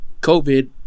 COVID